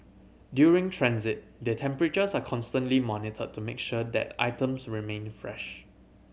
during transit their temperatures are constantly monitored to make sure that items remain fresh